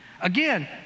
Again